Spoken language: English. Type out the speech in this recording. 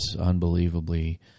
unbelievably